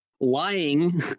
lying